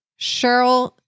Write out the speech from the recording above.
Cheryl